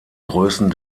größen